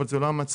אבל זה לא המצב.